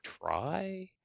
try